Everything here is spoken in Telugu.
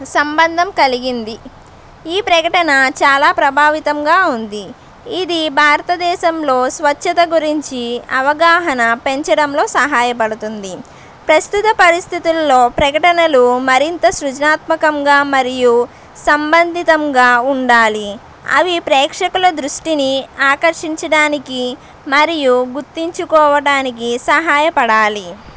సంబంధం కలిగింది ఈ ప్రకటన చాలా ప్రభావితంగా ఉంది ఇది భారతదేశంలో స్వచ్ఛత గురించి అవగాహన పెంచడంలో సహాయపడుతుంది ప్రస్తుత పరిస్థితుల్లో ప్రకటనలు మరింత సృజనాత్మకంగా మరియు సంబంధితంగా ఉండాలి అవి ప్రేక్షకుల దృష్టిని ఆకర్షించడానికి మరియు గుర్తించుకోవడానికి సహాయపడాలి